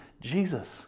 Jesus